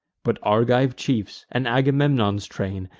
but argive chiefs, and agamemnon's train,